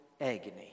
agony